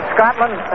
Scotland